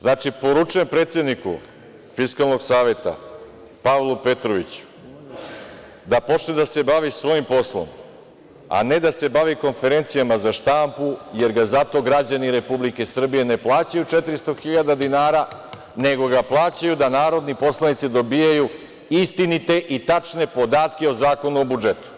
Znači, poručujem predsedniku Fiskalnog saveta Pavlu Petroviću da počne da se bavi svojim poslom, a ne da se bavi konferencijama za štampu, jer ga za to građani Republike Srbije ne plaćaju 400.000 dinara, nego ga plaćaju da narodni poslanici dobijaju istinite i tačne podatke o zakonu o budžetu.